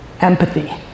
Empathy